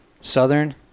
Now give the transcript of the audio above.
Southern